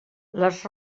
les